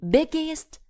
Biggest